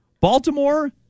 Baltimore